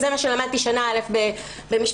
זה מה שלמדתי בשנה א' במשפטים.